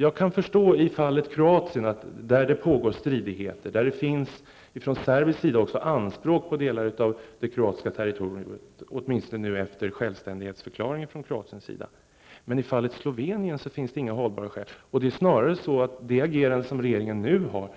Jag kan förstå det i Kroatiens fall, där det pågår stridigheter och där Serbien gör anspråk på delar av kroatiskt territorium, åtminstone efter Kroatiens självständighetsförklaring. Men i fallet Slovenien finns det inga hållbara skäl. Det är snarare så att regeringens agerande